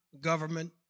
government